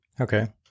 Okay